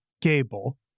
Gable